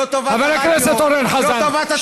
חבר הכנסת אורן חזן,